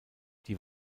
die